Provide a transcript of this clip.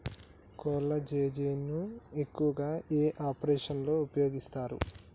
కొల్లాజెజేని ను ఎక్కువగా ఏ ఆపరేషన్లలో ఉపయోగిస్తారు?